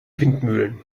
windmühlen